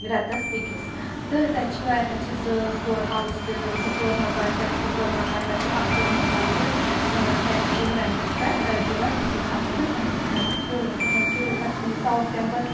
رؠتَس أکِس تہٕ تَتہِ چھِ واریاہ تَتہِ چھِ زٕ پور ہاوُس تہِ زٕ پوٚر مکان تہِ تَتہِ چھِ ترٕٛہ پوٚر مکان تَتہِ چھُ اکھ پوٚر مکان تہِ تَتہِ تِم رؠنٛٹَس پؠٹھ دِوان أکِس اکھ تہٕ تَتہِ چھِ تِہن چھِ کشمیٖر ساوُتھ کَیٚمپَس